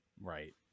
Right